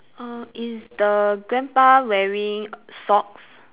err is the grandpa wearing socks